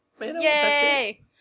Yay